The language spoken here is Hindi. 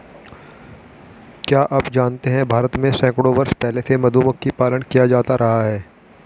क्या आप जानते है भारत में सैकड़ों वर्ष पहले से मधुमक्खी पालन किया जाता रहा है?